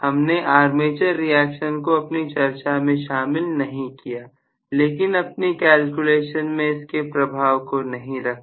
हमने armature reaction को अपनी चर्चा में शामिल किया लेकिन अपनी कैलकुलेशन में इसके प्रभाव को नहीं रखा